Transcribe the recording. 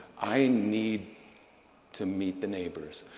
i need to meet the neighbors.